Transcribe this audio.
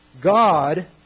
God